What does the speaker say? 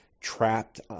trapped